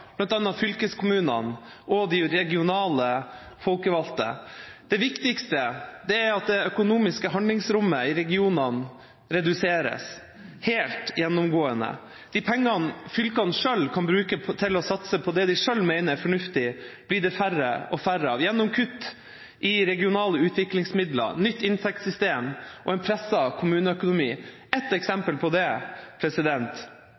fylkeskommunene og de regionale folkevalgte. Det viktigste er at det økonomiske handlingsrommet i regionene reduseres – helt gjennomgående. De pengene fylkene selv kan bruke til å satse på det de selv mener er fornuftig, blir det færre og færre av gjennom kutt i regionale utviklingsmidler, nytt inntektssystem og en presset kommuneøkonomi. Et